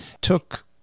took